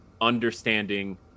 understanding